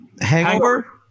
Hangover